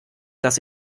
dass